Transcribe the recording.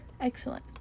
Excellent